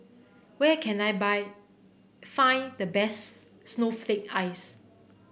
where can I buy find the bests Snowflake Ice